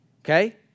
Okay